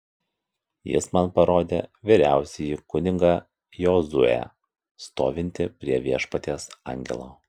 jis man parodė vyriausiąjį kunigą jozuę stovintį prie viešpaties angelo